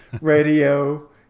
radio